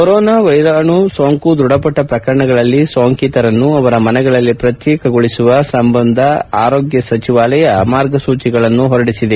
corona ವೈರಾಣು ಸೋಂಕು ದೃಢಪಟ್ಟ ಪ್ರಕರಣಗಳಲ್ಲಿ ಸೋಂಕಿತರನ್ನು ಅವರ ಮನೆಗಳಲ್ಲೇ ಪ್ರತ್ಯೇಕಗೊಳಿಸುವ ಸಂಬಂಧ ಕೇಂದ್ರ ಆರೋಗ್ಯ ಸಚಿವಾಲಯ ಮಾರ್ಗಸೂಚಿಗಳನ್ನು ಹೊರಡಿಸಿದೆ